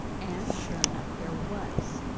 and sure enough, there was